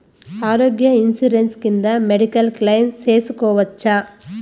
ఆరోగ్య ఇన్సూరెన్సు కింద medical claim సేసుకోవచ్చా?